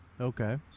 Okay